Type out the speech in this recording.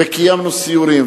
וקיימנו סיורים,